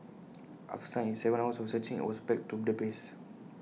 after some Seven hours of searching IT was back to the base